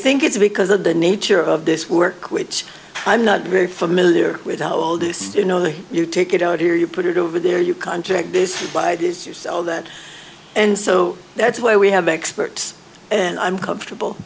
think it's because of the nature of this work which i'm not very familiar with how all this you know that you take it out here you put it over there you contract this why did you sell that and so that's why we have experts and i'm comfortable